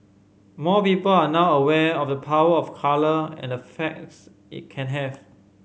more people are now aware of the power of colour and effects it can have